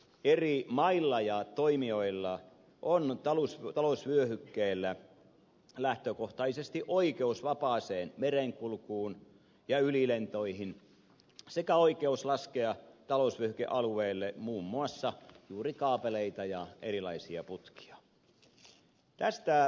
eri mailla ja toimijoilla on talousvyöhykkeellä lähtökohtaisesti oikeus vapaaseen merenkulkuun ja ylilentoihin sekä oikeus laskea talousvyöhykealueelle muun muassa juuri kaapeleita ja erilaisia putkia